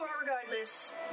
regardless